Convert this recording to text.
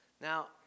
Now